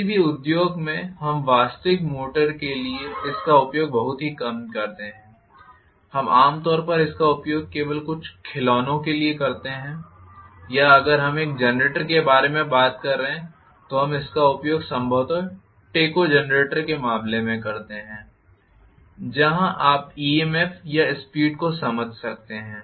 किसी भी उद्योग में हम वास्तविक मोटर के लिए इसका उपयोग बहुत ही कम करते हैं हम आम तौर पर इसका उपयोग केवल कुछ खिलौनों के लिए करते हैं या अगर हम एक जनरेटर के बारे में बात कर रहे हैं तो हम इसका उपयोग संभवतः टेकोजनरेटर के मामले में करते हैं जहाँ आप EMF या स्पीड को समझ सकते हैं